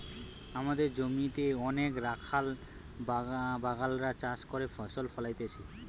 আমদের জমিতে অনেক রাখাল বাগাল রা চাষ করে ফসল ফোলাইতেছে